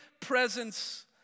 presence